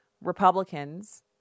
Republicans